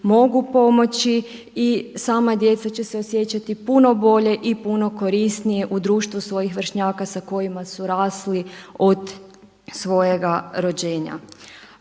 mogu pomoći i sama djeca će se osjećati puno bolje i puno korisnije u društvu svojih vršnjaka sa kojima su rasli od svojega rođenja.